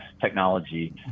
technology